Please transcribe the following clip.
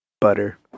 butter